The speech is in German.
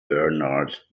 bernard